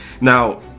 Now